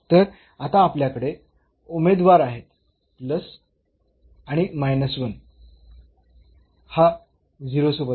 तर आता आपल्याकडे उमेदवार आहेत प्लस आणि हा 0 सोबत आहे